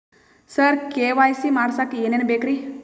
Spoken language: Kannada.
ಸರ ಕೆ.ವೈ.ಸಿ ಮಾಡಸಕ್ಕ ಎನೆನ ಬೇಕ್ರಿ?